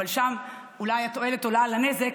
אבל שם אולי התועלת עולה על הנזק.